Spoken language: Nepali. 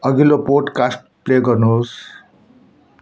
अघिल्लो पोडकास्ट प्ले गर्नुहोस्